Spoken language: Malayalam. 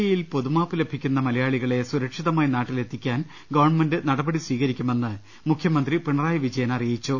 ഇയിൽ പൊതുമാപ്പ് ലഭിക്കുന്ന മലയാളികളെ സുരക്ഷിതമായി നാട്ടിലെത്തി ക്കാൻ ഗവൺമെന്റ് നടപടി സ്വീകരിക്കുമെന്ന് മുഖ്യമന്ത്രി പിണ്റായി വിജയൻ അറി യിച്ചു